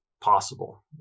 possible